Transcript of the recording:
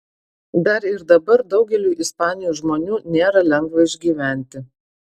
dar ir dabar daugeliui ispanijos žmonių nėra lengva išgyventi